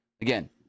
Again